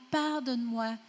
pardonne-moi